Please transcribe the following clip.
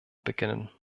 beginnen